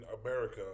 America